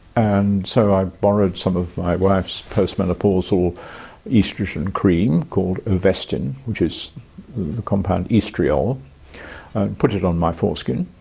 and so i borrowed some of my wife's post-menopausal oestrogen cream, called ovestin, which is the compound oestriol, and put it on my foreskin.